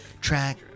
Track